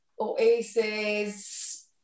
Oasis